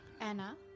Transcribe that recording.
Anna